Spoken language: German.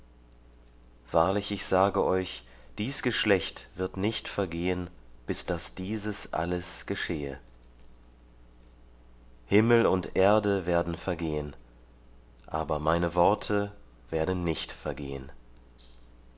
wahrlich ich sage euch dies geschlecht wird nicht vergehen bis daß dieses alles geschehe himmel und erde werden vergehen aber meine worte werden nicht vergehen